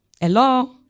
Hello